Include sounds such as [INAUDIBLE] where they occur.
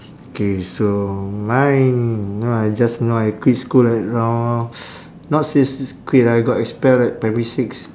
K so mine know I just know I quit school at around [NOISE] not says quit ah I got expelled at primary six